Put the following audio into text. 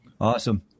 Awesome